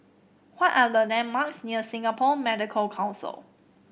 what are the landmarks near Singapore Medical Council